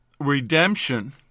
redemption